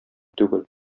түгел